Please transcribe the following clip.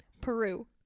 Peru